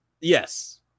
yes